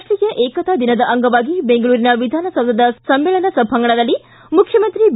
ರಾಷ್ಟೀಯ ಏಕತಾ ದಿನದ ಅಂಗವಾಗಿ ಬೆಂಗಳೂರಿನ ವಿಧಾನಸೌಧದ ಸಮ್ಮೇಳನ ಸಭಾಂಗಣದಲ್ಲಿ ಮುಖ್ಯಮಂತ್ರಿ ಬಿ